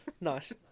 Nice